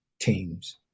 teams